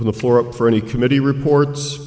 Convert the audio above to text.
over the floor up for any committee reports